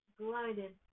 glided